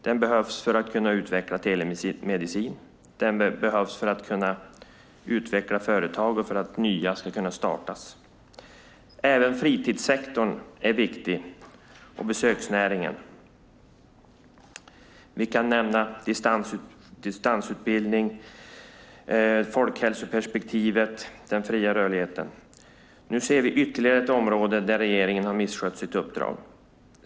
Den behövs för att man ska kunna utveckla telemedicin och kunna utveckla företag men också för att nya företag ska kunna startas. Även fritidssektorn och besöksnäringen är viktiga. Här kan också nämnas distansutbildningen, folkhälsoperspektivet och den fria rörligheten. Nu ser vi ytterligare ett område där regeringen har misskött sitt uppdrag.